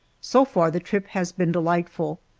so far, the trip has been delightful,